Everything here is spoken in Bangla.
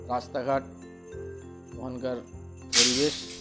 রাস্তাঘাট ওখানকার পরিবেশ